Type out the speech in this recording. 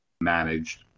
managed